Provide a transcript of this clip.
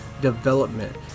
development